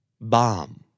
Bomb